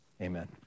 amen